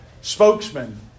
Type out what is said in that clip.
spokesman